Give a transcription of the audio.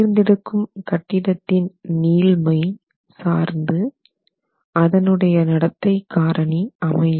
தேர்ந்தெடுக்கும் கட்டிடத்தின் நீள்மை சார்ந்து அதனுடைய நடத்தைக் காரணி அமையும்